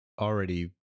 already